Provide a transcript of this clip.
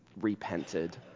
repented